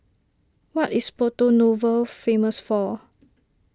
what is Porto Novo famous for